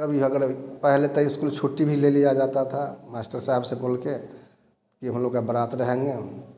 कभी अगर पहले ते इस्कूल छुट्टी भी ले लिया जाता था मास्टर साहब से बोलके कि हम लोग का बारात रहेंगे